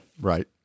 right